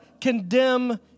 condemn